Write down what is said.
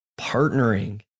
partnering